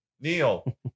Neil